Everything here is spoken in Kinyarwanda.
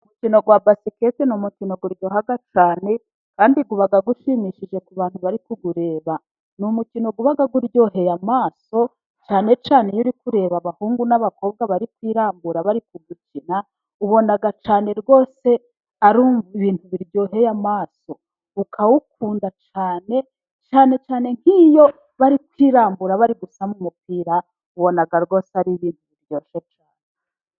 Umukino wa basikete ni umukino uryoha cyane, kandi uba ushimishije kubantu bari kuwureba. Ni umukino uba uryoheye amaso, cyane cyane iyo uri kureba abahungu n'abakobwa bari kwirambura bari kuwukina, ubona cyane rwose ari ibintu biryoheye amaso, ukawukunda cyane, cyane cyane nk'iyo bari kwirambura bari gusama umupira, ubona rwose ari ibintu biryoshye.